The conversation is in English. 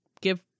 give